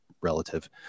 relative